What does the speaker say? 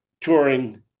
touring